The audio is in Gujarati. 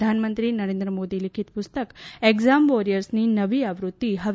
પ્રધાનમંત્રી નરેન્દ્ર મોદી લિખિત પુસ્તક એક્ઝામ વોરિયર્સ ની નવી આવૃત્તિ હવે